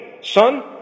son